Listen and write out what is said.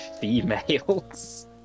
females